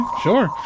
sure